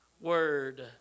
word